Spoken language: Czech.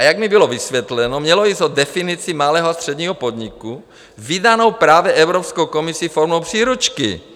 A jak mi bylo vysvětleno, mělo jít o definici malého a středního podniku vydanou právě Evropskou komisi formou příručky.